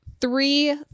three